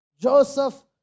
Joseph